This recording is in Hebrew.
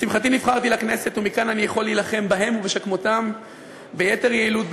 לשמחתי נבחרתי לכנסת ומכאן אני יכול להילחם בהם ובשכמותם ביתר יעילות,